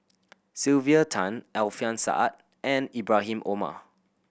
Sylvia Tan Alfian Sa'at and Ibrahim Omar